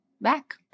back